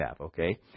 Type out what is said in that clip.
okay